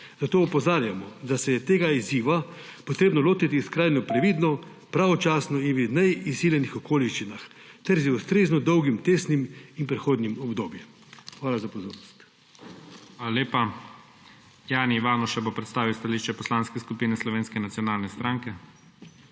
Zato opozarjamo, da se je tega izziva treba lotiti skrajno previdno, pravočasno in v neizsiljenih okoliščinah ter z ustrezno dolgim testnim in prehodnim obdobjem. Hvala za pozornost. **PREDSEDNIK IGOR ZORČIČ:** Hvala lepa. Jani Ivanuša bo predstavil stališče Poslanske skupine Slovenske nacionalne stranke.